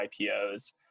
IPOs